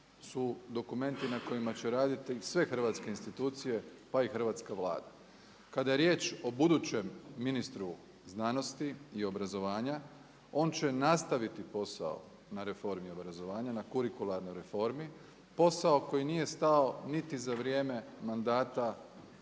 su dokumenti na kojima će raditi sve hrvatske institucije, pa i hrvatska Vlada. Kada je riječ o budućem ministru znanosti i obrazovanja on će nastaviti posao na reformi obrazovanja, na kurikularnoj reformi, posao koji nije stao niti za vrijeme mandata